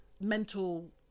mental